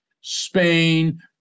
Spain